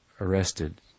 arrested